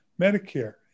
Medicare